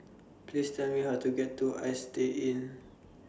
Please Tell Me How to get to Istay Inn